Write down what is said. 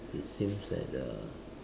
it seems that uh